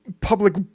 public